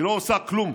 היא לא עושה כלום,